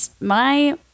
my-